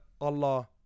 allah